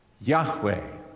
Yahweh